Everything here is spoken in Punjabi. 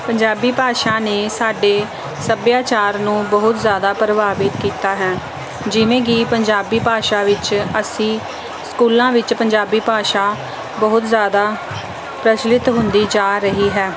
ਪੰਜਾਬੀ ਭਾਸ਼ਾ ਨੇ ਸਾਡੇ ਸੱਭਿਆਚਾਰ ਨੂੰ ਬਹੁਤ ਜ਼ਿਆਦਾ ਪ੍ਰਭਾਵਿਤ ਕੀਤਾ ਹੈ ਜਿਵੇਂ ਕਿ ਪੰਜਾਬੀ ਭਾਸ਼ਾ ਵਿੱਚ ਅਸੀਂ ਸਕੂਲਾਂ ਵਿੱਚ ਪੰਜਾਬੀ ਭਾਸ਼ਾ ਬਹੁਤ ਜ਼ਿਆਦਾ ਪ੍ਰਚੱਲਿਤ ਹੁੰਦੀ ਜਾ ਰਹੀ ਹੈ